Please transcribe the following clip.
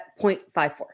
0.54